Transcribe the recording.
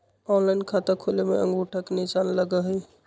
Online खाता खोले में अंगूठा के निशान लगहई?